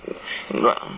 bu~